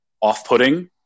off-putting